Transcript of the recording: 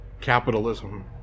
capitalism